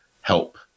help